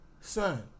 son